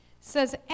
says